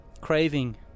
craving